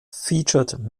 featured